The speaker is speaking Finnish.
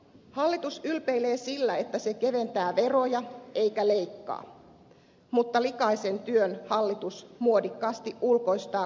hallitus ylpeilee sillä että se keventää veroja eikä leikkaa mutta likaisen työn hallitus muodikkaasti ulkoistaa kunnille